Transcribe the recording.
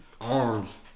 Arms